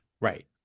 Right